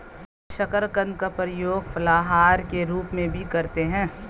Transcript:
शकरकंद का प्रयोग फलाहार के रूप में भी करते हैं